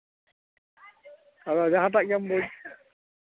ᱦᱳᱭ ᱡᱟᱦᱟᱸᱴᱟᱜ ᱜᱮᱢ ᱵᱩᱡᱽ